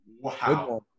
wow